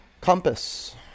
compass